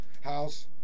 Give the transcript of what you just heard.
house